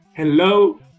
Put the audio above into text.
Hello